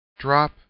Drop